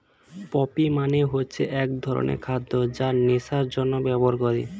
poppy মানে হচ্ছে এক ধরনের খাদ্য যা নেশার জন্যে ব্যবহার করে